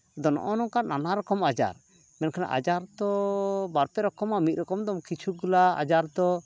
ᱟᱫᱚ ᱱᱚᱜᱼᱚ ᱱᱚᱝᱠᱟᱱ ᱱᱟᱱᱟ ᱨᱚᱠᱚᱢ ᱟᱡᱟᱨ ᱟᱡᱟᱨ ᱛᱚ ᱵᱟᱨ ᱯᱮ ᱨᱚᱠᱚᱢᱟ ᱢᱤᱫ ᱨᱚᱠᱚᱢ ᱛᱚ ᱠᱤᱪᱷᱩᱠ ᱜᱩᱞᱟ ᱟᱡᱟᱨ ᱛᱚ